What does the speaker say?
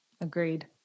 Agreed